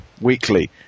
weekly